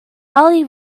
ali